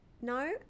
No